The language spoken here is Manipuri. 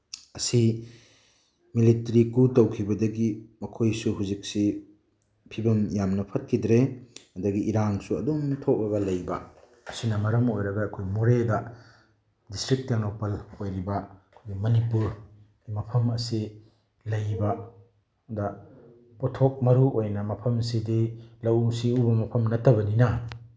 ꯑꯁꯤ ꯃꯤꯂꯤꯇ꯭ꯔꯤ ꯀꯨ ꯇꯧꯈꯤꯕꯗꯒꯤ ꯃꯈꯣꯏꯁꯨ ꯍꯧꯖꯤꯛꯁꯤ ꯐꯤꯕꯝ ꯌꯥꯝꯅ ꯐꯠꯈꯤꯗ꯭ꯔꯦ ꯑꯗꯒꯤ ꯏꯔꯥꯡꯁꯨ ꯑꯗꯨꯝ ꯊꯣꯛꯑꯒ ꯂꯩꯕ ꯑꯁꯤꯅ ꯃꯔꯝ ꯑꯣꯏꯔꯒ ꯑꯩꯈꯣꯏ ꯃꯣꯔꯦꯗ ꯗꯤꯁꯇ꯭ꯔꯤꯛ ꯇꯦꯡꯅꯧꯄꯜ ꯑꯣꯏꯔꯤꯕ ꯑꯩꯈꯣꯏꯒꯤ ꯃꯅꯤꯄꯨꯔ ꯃꯐꯝ ꯑꯁꯤ ꯂꯩꯕꯗ ꯄꯣꯠꯊꯣꯛ ꯃꯔꯨꯑꯣꯏꯅ ꯃꯐꯝꯁꯤꯗꯤ ꯂꯧꯎ ꯁꯤꯡꯎꯕ ꯃꯐꯝ ꯅꯠꯇꯕꯅꯤꯅ